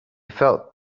felt